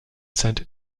sent